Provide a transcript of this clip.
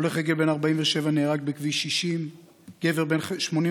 הולך רגל בן 47 נהרג בכביש 60, גבר בן 85